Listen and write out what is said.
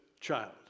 child